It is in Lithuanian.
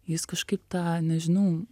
jis kažkaip tą nežinau